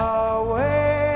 away